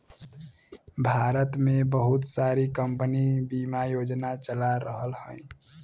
भारत में बहुत सारी कम्पनी बिमा योजना चला रहल हयी